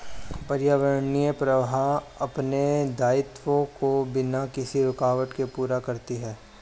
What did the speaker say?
पर्यावरणीय प्रवाह अपने दायित्वों को बिना किसी रूकावट के पूरा करती है